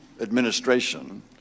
administration